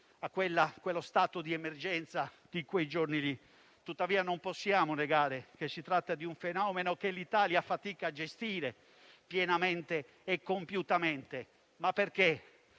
allo stato di emergenza di quei giorni; tuttavia non possiamo negare che si tratta di un fenomeno che l'Italia fatica a gestire pienamente e compiutamente, perché